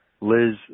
Liz